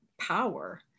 power